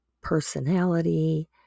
personality